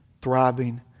thriving